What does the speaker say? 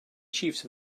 chiefs